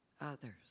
others